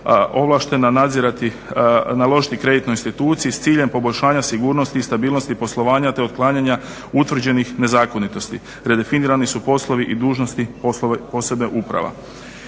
ovlaštena nadzirati na lošoj kreditnoj instituciji s ciljem poboljšanja sigurnosti i stabilnosti poslovanja te otklanjanja utvrđenih nezakonitosti. Redefinirani su poslovi i dužnosti poslova uprave.